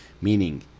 meaning